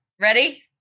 Ready